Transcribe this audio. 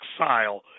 exile